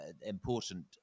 important